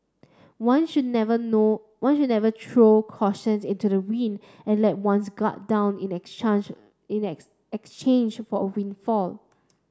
one should never no one should never throw caution into the wind and let one's guard down in in exchange for a windfall